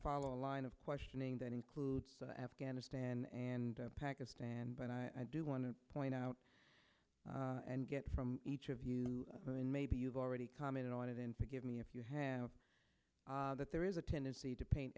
follow a line of questioning that includes afghanistan and pakistan but i do want to point out and get from each of you and maybe you've already commented on it in forgive me if you have that there is a tendency to paint